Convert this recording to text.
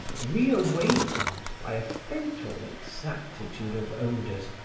re-awakened, by a fatal exactitude of odors,